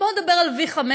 בואו נדבר על V15,